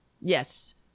Yes